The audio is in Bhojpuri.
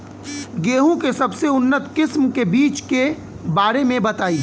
गेहूँ के सबसे उन्नत किस्म के बिज के बारे में बताई?